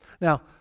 Now